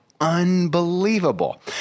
unbelievable